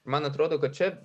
man atrodo kad čia